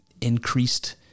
increased